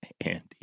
Andy